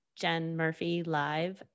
JenMurphyLive